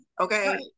okay